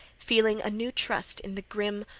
feeling new trust in the grim,